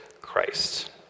Christ